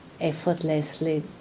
effortlessly